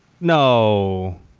No